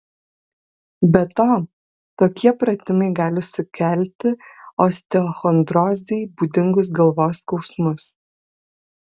be to tokie pratimai gali sukelti osteochondrozei būdingus galvos skausmus